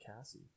Cassie